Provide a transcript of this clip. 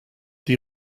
die